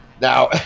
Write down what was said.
Now